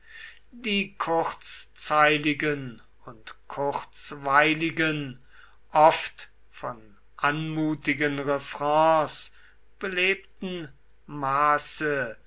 die kurzzeiligen und kurzweiligen oft von anmutigen refrains belebten maße